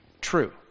true